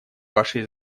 вашей